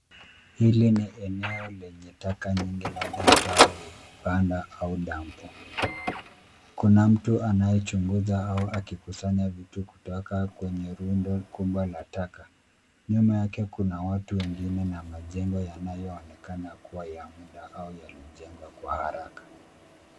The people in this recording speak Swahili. Hili ni eneo lenye taka nyingi labda mtaa wenye vibanda au dambo. Kuna mtu anayechongoja au akikusanya vitu kutoka kwenye rundo kubwa la taka. Nyuma yake kuna watu wengine na majengo yanayoonekana kuwa ya muda au yalijengwa kwa haraka.